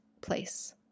place